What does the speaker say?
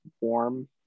warm